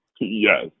Yes